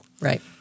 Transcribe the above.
Right